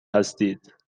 هستید